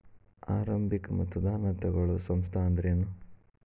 ಆರಂಭಿಕ್ ಮತದಾನಾ ತಗೋಳೋ ಸಂಸ್ಥಾ ಅಂದ್ರೇನು?